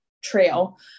Trail